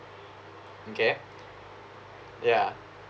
okay yeah